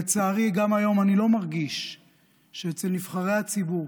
לצערי גם היום אני לא מרגיש שאצל נבחרי הציבור